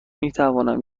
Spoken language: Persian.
میتوانم